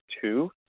two